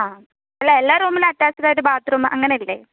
ആ എല്ലാ റൂമിലും അറ്റച്ച്ഡ് ആയിട്ട് ബാത്രൂം അങ്ങനെയല്ലേ